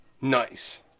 Nice